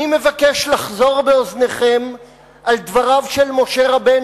אני מבקש לחזור באוזניכם על דבריו של משה רבנו,